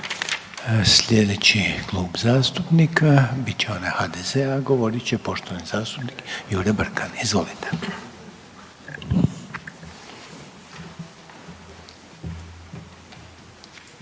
Slijedeći klub zastupnika bit će onaj SDSS-a, a govorit će poštovani zastupnik Milorad Pupovac. Izvolite.